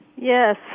Yes